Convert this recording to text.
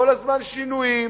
כל הזמן שינויים,